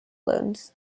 loans